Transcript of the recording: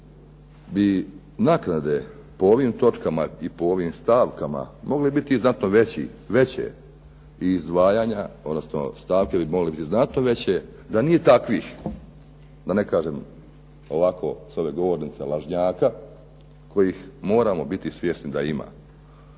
bi naknade po ovim točkama i po ovim stavkama mogle biti zato veće i izdvajanja odnosno stavke bi mogle biti znatno veće da nije takvih, da ne kažem ovako s ove govornice, lažnjaka kojih moramo biti svjesni da ima.